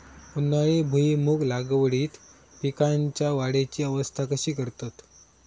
उन्हाळी भुईमूग लागवडीत पीकांच्या वाढीची अवस्था कशी करतत?